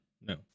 no